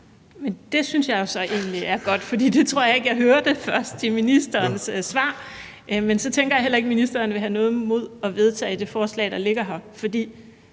Det synes jeg så egentlig er godt, for det tror jeg ikke jeg hørte i ministerens første svar. Men så tænker jeg heller ikke, at ministeren vil have noget imod at vedtage det forslag, der ligger her.